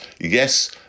yes